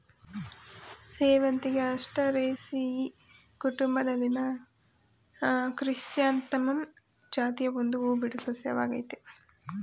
ಸೇವಂತಿಗೆ ಆಸ್ಟರೇಸಿಯಿ ಕುಟುಂಬದಲ್ಲಿನ ಕ್ರಿಸ್ಯಾಂಥಮಮ್ ಜಾತಿಯ ಒಂದು ಹೂಬಿಡೋ ಸಸ್ಯವಾಗಯ್ತೆ